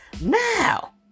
Now